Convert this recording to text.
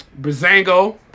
Brazango